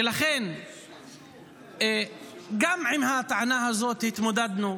ולכן גם עם הטענה הזאת התמודדנו.